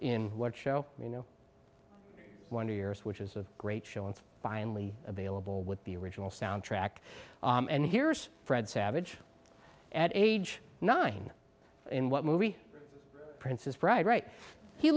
in what show you know one two years which is a great show and brian lee available with the original soundtrack and here's fred savage at age nine in what movie princess bride right he